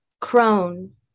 crone